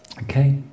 Okay